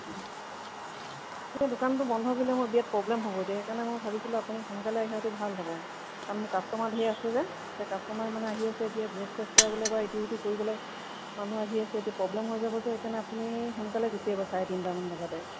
এই দোকানটো বন্ধ কৰিলে মোৰ বিৰাট প্ৰব্লেম হ'ব এতিয়া সেইকাৰণে মই ভাবিছিলোঁ আপুনি সোনকালে অহাটো ভাল হ'ব কাৰণ মোৰ কাষ্টমাৰ ধেৰ আছে যে কাষ্টমাৰ মানে আহি আছে এতিয়া জেৰক্স চেৰক্স কৰাবলৈ বা ইটো সিটো কৰিবলৈ মানুহ আহি আছে এতিয়া প্ৰব্লেম হৈ যাব যে সেইকাৰণে আপুনি সোনকালে গুচি আহিব চাৰে তিনিটামান বজাতে